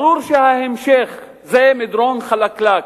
ברור שההמשך זה מדרון חלקלק.